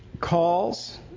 calls